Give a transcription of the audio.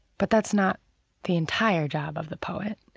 but that's not the entire job of the poet.